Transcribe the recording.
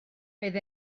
bydd